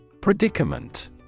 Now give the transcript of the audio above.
Predicament